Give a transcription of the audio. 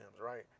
right